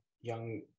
young